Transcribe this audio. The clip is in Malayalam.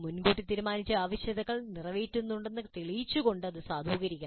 മുൻകൂട്ടി തീരുമാനിച്ച ആവശ്യകതകൾ നിറവേറ്റുന്നുവെന്ന് തെളിയിച്ചുകൊണ്ട് ഇത് സാധൂകരിക്കണം